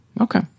Okay